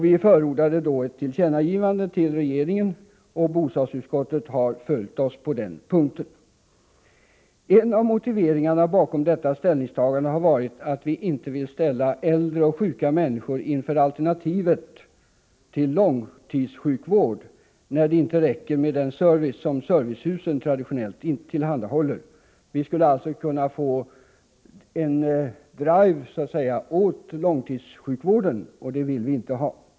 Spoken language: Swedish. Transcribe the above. Vi förordar ett tillkännagi vande till regeringen, och bostadsutskottet har följt oss på den punkten. En av motiveringarna bakom detta ställningstagande har varit att vi inte vill ställa äldre och sjuka människor inför alternativet långtidssjukvård när det inte räcker med den service som servicehusen traditionellt tillhandahåller. Vi skulle kunna få en ”drive” åt långtidssjukvården, och det vill vi inte ha.